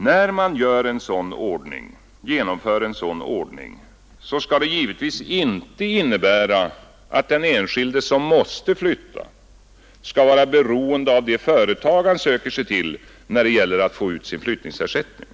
Då man genomför en sådan ordning skall det givetvis inte innebära att den enskilde som måste flytta skall vara beroende av det företag han söker sig till när det gäller att få ut sin flyttningsersättning.